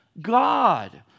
God